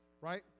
right